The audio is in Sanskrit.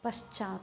पश्चात्